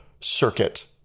circuit